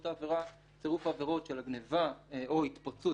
צירוף העבירות של גניבה או התפרצות,